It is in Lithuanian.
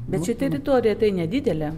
bet čia teritorija tai nedidelė